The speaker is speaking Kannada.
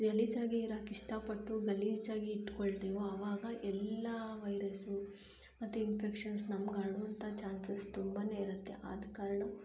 ಗಲೀಜಾಗಿ ಇರಕ್ಕೆ ಇಷ್ಟಪಟ್ಟು ಗಲೀಜಾಗಿ ಇಟ್ಕೊಳ್ತಿವೋ ಅವಾಗ ಎಲ್ಲ ವೈರಸು ಮತ್ತು ಇನ್ಫೆಕ್ಷನ್ಸ್ ನಮ್ಗೆ ಹರ್ಡುವಂತ ಚಾನ್ಸಸ್ ತುಂಬಾ ಇರುತ್ತೆ ಆದ ಕಾರಣ